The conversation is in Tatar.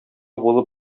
булып